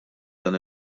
dan